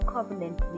Covenant